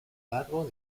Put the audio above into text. largo